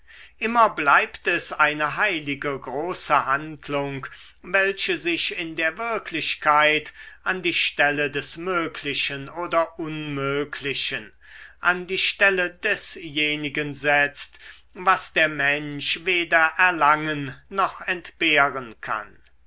immer bleibt es eine heilige große handlung welche sich in der wirklichkeit an die stelle des möglichen oder unmöglichen an die stelle desjenigen setzt was der mensch weder erlangen noch entbehren kann